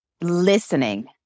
listening